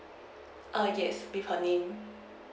uh yes with her name